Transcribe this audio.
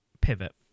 pivot